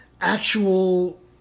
actual